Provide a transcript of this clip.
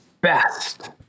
best